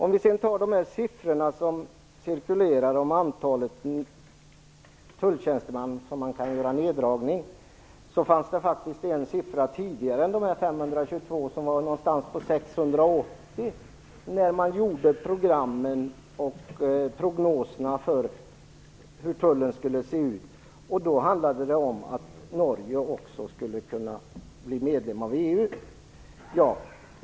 När det sedan gäller de siffror som cirkulerar om antalet tulltjänstemän som man kan dra in fanns det faktiskt tidigare, när man gjorde programmen och prognoserna för hur tullen skulle se ut, ytterligare en siffra, nämligen omkring 680. Det handlade då om att Norge också skulle kunna bli medlem i EU.